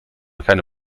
keine